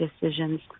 decisions